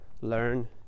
learn